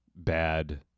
Bad